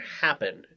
happen